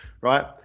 right